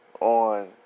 on